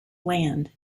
land